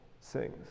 sings